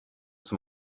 zum